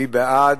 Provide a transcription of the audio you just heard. מי בעד?